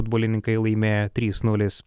futbolininkai laimėjo trys nulis